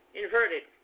inverted